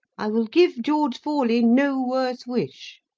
i will give george forley no worse wish.